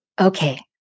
Okay